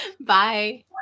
Bye